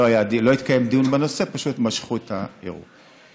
לא התקיים דיון בנושא, פשוט משכו את הערעור.